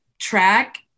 track